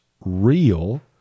real